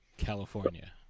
California